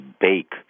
bake